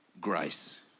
grace